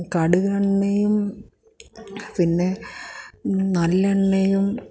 കടുക് എണ്ണയും പിന്നെ നല്ലെണ്ണയും